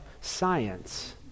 science